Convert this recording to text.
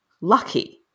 lucky